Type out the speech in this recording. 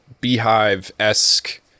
beehive-esque